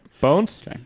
Bones